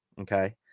okay